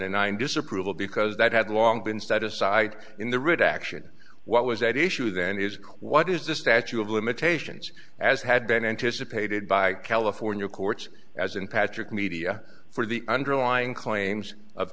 and nine disapproval because that had long been status ike in the redaction what was at issue then is what is the statue of limitations as had been anticipated by california courts as in patrick media for the underlying claims of